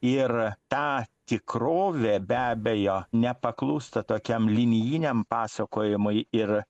ir tą tikrovę be abejo nepaklūsta tokiam linijiniam pasakojimui ir